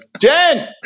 Jen